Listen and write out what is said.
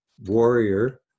warrior